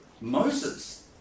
Moses